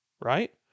right